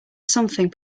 something